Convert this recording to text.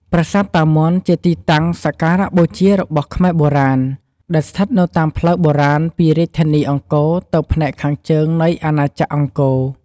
ប្រាសាទតាមាន់ជាទីតាំងសក្ការៈបូជារបស់ខ្មែរបុរាណ ដោយស្ថិតនៅតាមផ្លូវបុរាណពីរាជធានីអង្គរទៅផ្នែកខាងជើងនៃអាណាចក្រអង្គរ។